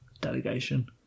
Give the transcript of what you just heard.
delegation